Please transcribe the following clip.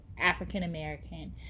African-American